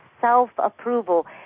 self-approval